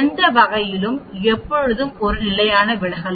எந்த வகையிலும் எப்போதும் ஒரு நிலையான விலகல்